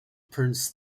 prince